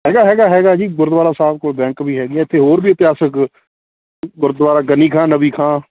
ਹੈਗਾ ਹੈਗਾ ਹੈਗਾ ਜੀ ਗੁਰਦੁਆਰਾ ਸਾਹਿਬ ਕੋਲ ਬੈਂਕ ਵੀ ਹੈਗੇ ਅਤੇ ਹੋਰ ਵੀ ਇਤਿਹਾਸਿਕ ਗੁਰਦੁਆਰਾ ਗਨੀ ਖਾਂ ਨਬੀ ਖਾਂ